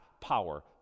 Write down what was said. power